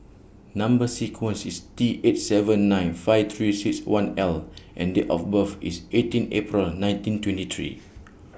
Number sequence IS T eight seven nine five three six one L and Date of birth IS eighteen April nineteen twenty three